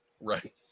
Right